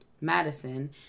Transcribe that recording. madison